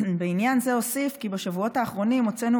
בעניין זה אוסיף כי בשבועות האחרונים הוצאנו